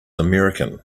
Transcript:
american